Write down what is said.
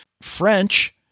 French